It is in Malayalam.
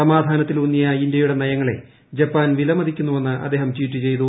സമാധാനത്തി ലൂന്നിയ ഇന്ത്യയുടെ നയങ്ങളെ ജപ്പാൻ വിലമതിക്കുന്നുവെന്ന് അദ്ദേഹം ട്വീറ്റ് ചെയ്തു